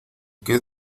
qué